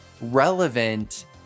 relevant